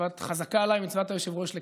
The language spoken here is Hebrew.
חזקה עליי מצוות היושב-ראש לקצר,